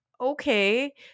Okay